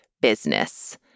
business